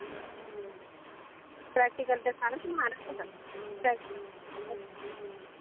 practical दा सारा समान रक्खे दा